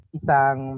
isang